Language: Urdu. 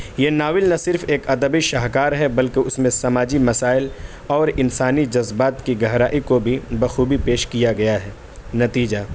یہ ناول نہ صرف ایک ادبی شاہکار ہے بلکہ اس میں سماجی مسائل اور انسانی جذبات کی گہرائی کو بھی بخوبی پیش کیا گیا ہے نتیجہ